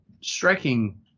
striking